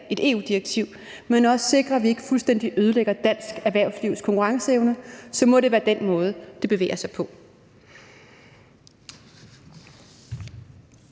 et EU-direktiv, men også sikre, at vi ikke fuldstændig ødelægger dansk erhvervslivs konkurrenceevne, så må det være den måde, det bevæger sig på.